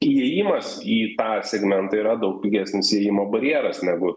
įėjimas į tą segmentą yra daug pigesnis įėjimo barjeras negu